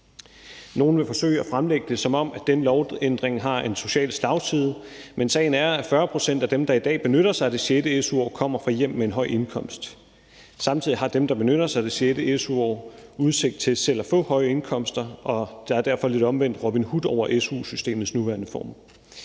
Nogle vil forsøge at fremlægge det, som om den lovændring har en social slagside, men sagen er, at 40 pct. af dem, der i dag benytter sig af det sjette su-år, kommer fra hjem med en høj indkomst. Samtidig har dem, der benytter sig af det sjette su-år, udsigt til selv at få høje indkomster, og der er derfor lidt omvendt Robin Hood over su-systemets nuværende form.